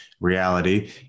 reality